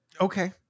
okay